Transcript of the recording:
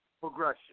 progression